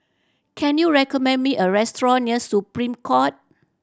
can you recommend me a restaurant near Supreme Court